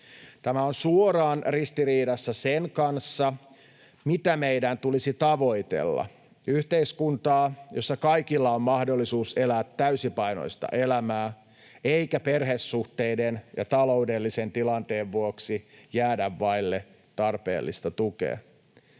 Tämä on suoraan ristiriidassa sen kanssa, mitä meidän tulisi tavoitella — yhteiskuntaa, jossa kaikilla on mahdollisuus elää täysipainoista elämää ja jossa ei perhesuhteiden ja taloudellisen tilanteen vuoksi jäädä vaille tarpeellista tukea.